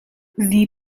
sie